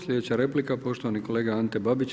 Sljedeća replika poštovani kolega Ante Babić.